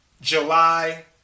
July